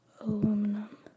Aluminum